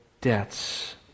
debts